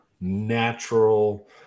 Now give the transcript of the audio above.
natural